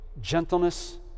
gentleness